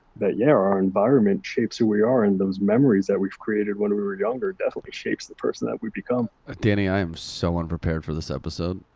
that, yeah, our our environment shapes who we are, and those memories that we've created when we were younger definitely shapes the person that we become. ah danny, i am so unprepared for this episode.